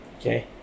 okay